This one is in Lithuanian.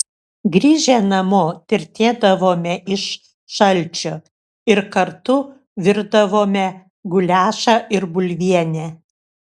grįžę namo tirtėdavome iš šalčio ir kartu virdavome guliašą ir bulvienę